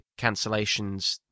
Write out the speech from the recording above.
cancellations